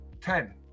Ten